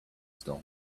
storm